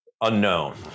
unknown